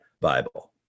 Bible